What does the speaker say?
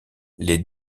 les